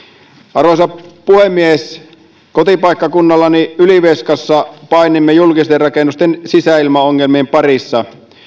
arvoisa puhemies kotipaikkakunnallani ylivieskassa painimme julkisten rakennusten sisäilmaongelmien parissa